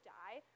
die